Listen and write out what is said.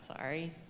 Sorry